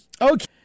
okay